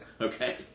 Okay